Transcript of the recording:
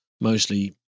mostly